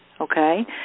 okay